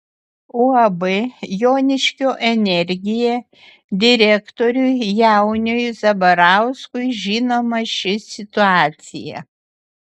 uab joniškio energija direktoriui jauniui zabarauskui žinoma ši situacija